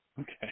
Okay